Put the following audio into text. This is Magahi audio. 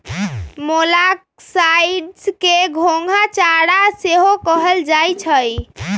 मोलॉक्साइड्स के घोंघा चारा सेहो कहल जाइ छइ